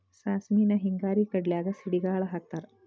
ಸಾಸ್ಮಿನ ಹಿಂಗಾರಿ ಕಡ್ಲ್ಯಾಗ ಸಿಡಿಗಾಳ ಹಾಕತಾರ